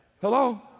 Hello